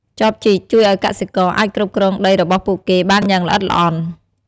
ចបជីកជួយឱ្យកសិករអាចគ្រប់គ្រងដីរបស់ពួកគេបានយ៉ាងល្អិតល្អន់។